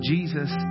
Jesus